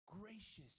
gracious